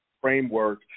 framework